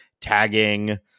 tagging